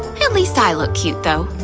at least i look cute though.